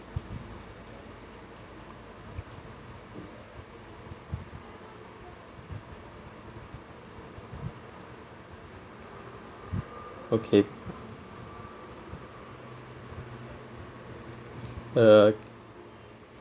okay uh